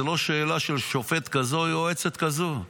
זה לא שאלה של שופט כזאת או יועצת כזאת.